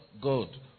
God